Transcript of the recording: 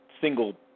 single